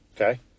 okay